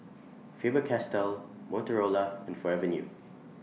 Faber Castell Motorola and Forever New